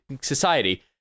society